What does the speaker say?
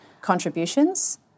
contributions